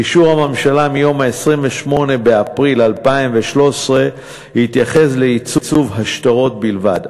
אישור הממשלה מיום 28 באפריל 2013 התייחס לעיצוב השטרות בלבד.